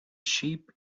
sheep